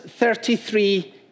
33